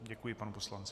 Děkuji panu poslanci.